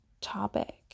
topic